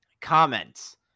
Comments